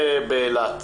באילת?